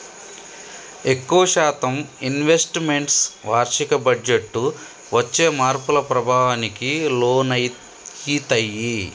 ఎక్కువ శాతం investments వార్షిక బడ్జెట్టు వచ్చే మార్పుల ప్రభావానికి లోనయితయ్యి